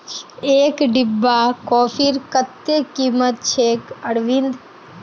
एक डिब्बा कॉफीर कत्ते कीमत छेक अरविंद